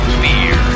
beer